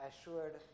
assured